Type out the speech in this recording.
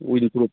windproof